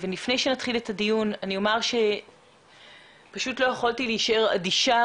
לפני שנתחיל את הדיון אני אומר שלא יכולתי להישאר אדישה